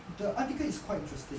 the article is quite interesting